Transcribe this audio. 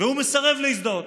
והוא מסרב להזדהות,